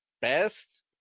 best